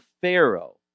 Pharaoh